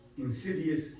insidious